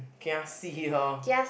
kiasi lor